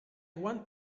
want